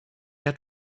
had